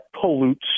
pollutes